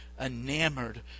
enamored